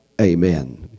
Amen